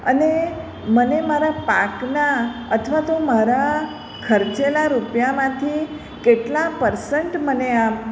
અને મને મારા પાકના અથવા તો મારા ખર્ચેલા રૂપિયામાંથી કેટલા પરસન્ટ મને આ